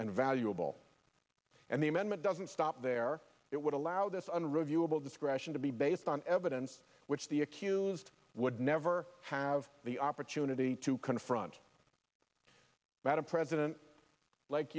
and valuable and the amendment doesn't stop there it would allow this unreviewable discretion to be based on evidence which the accused would never have the opportunity to confront madam president like